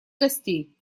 костей